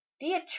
dear